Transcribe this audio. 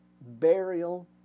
burial